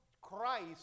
Christ